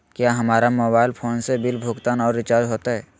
क्या हमारा mobile phone से बिल भुगतान और रिचार्ज होते?